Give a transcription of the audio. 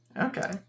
Okay